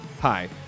Hi